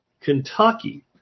Kentucky